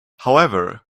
however